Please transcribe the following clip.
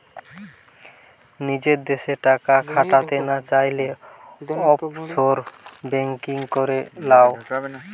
নিজের দেশে টাকা খাটাতে না চাইলে, অফশোর বেঙ্কিং করে লাও